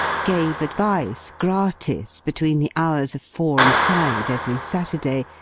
gave advice, gratis, between the hours of four and five, every saturday,